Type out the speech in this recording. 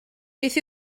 beth